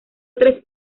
tres